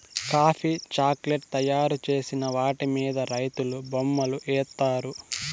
coffee chocolate తయారు చేసిన వాటి మీద రైతులు బొమ్మలు ఏత్తారు